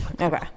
okay